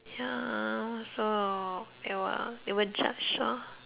ya so they will they will judge ah